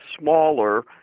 smaller